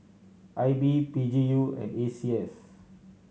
I B P G U and A C S